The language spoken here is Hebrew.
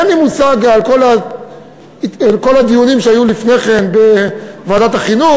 אין לי מושג על כל הדיונים שהיו אתה לפני כן בוועדת החינוך.